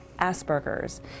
Asperger's